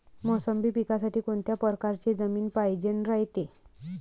मोसंबी पिकासाठी कोनत्या परकारची जमीन पायजेन रायते?